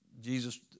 Jesus